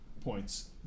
points